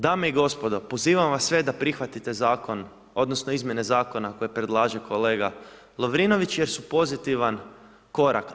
Dame i gospodo, pozivam vas sve da prihvatite Zakon, odnosno izmjene zakona koje predlaže kolega Lovrinović jer su pozitivan korak.